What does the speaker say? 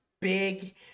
big